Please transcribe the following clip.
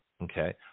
Okay